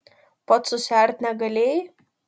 pats susiart negalėjai